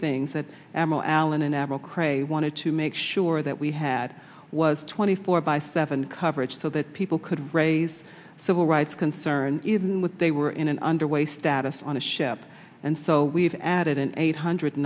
things that admiral allen an admiral cray wanted to make sure that we had was twenty four by seven coverage so that people could raise civil rights concerns even with they were in an under way status on a ship and so we've added an eight hundred